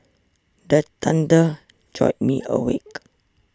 the thunder jolt me awake